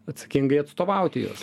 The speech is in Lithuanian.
atsakingai atstovauti juos